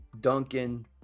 Duncan